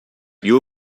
you